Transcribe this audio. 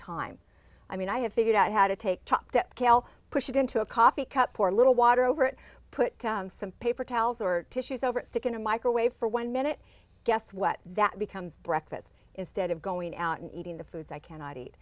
time i mean i have figured out how to take chopped up kale push it into a coffee cup poor little water over it put some paper towels or tissues over it stick in a microwave for one minute guess what that becomes breakfast instead of going out and eating the foods i cannot eat